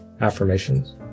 affirmations